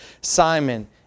Simon